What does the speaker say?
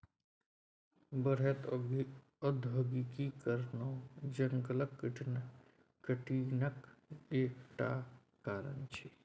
बढ़ैत औद्योगीकरणो जंगलक कटनीक एक टा कारण छै